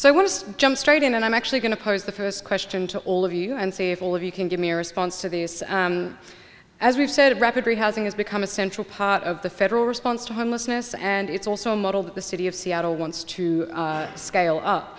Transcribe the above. so i want to jump straight in and i'm actually going to pose the first question to all of you and see if all of you can give me a response to these as we've said rapid rehousing has become a central part of the federal response to homelessness and it's also a model that the city of seattle wants to scale up